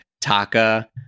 Taka